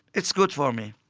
it's good for me.